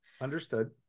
Understood